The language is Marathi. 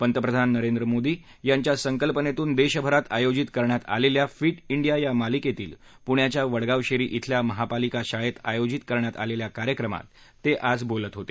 पंतप्रधान नरेंद्र मोदी यांच्या संकल्पनेतून देशभरात आयोजित करण्यात आलेल्या फिट इंडिया या मालिकेतील पुण्याच्या वडगाव शेरी इथल्या महापालिका शाळेत आयोजित करण्यात आलेल्या कार्यक्रमात ते आज बोलत होते